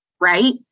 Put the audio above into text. right